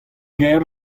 gaer